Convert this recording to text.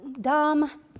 dumb